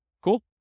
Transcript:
Cool